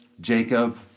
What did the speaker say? Jacob